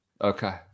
Okay